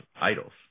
idols